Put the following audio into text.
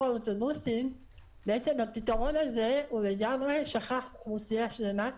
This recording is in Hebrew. האוטובוסים הוא לגמרי שכח אוכלוסייה שלמה,